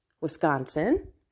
Wisconsin